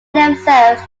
themselves